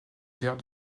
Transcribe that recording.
vers